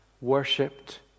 worshipped